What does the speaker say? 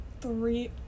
three